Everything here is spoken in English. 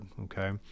okay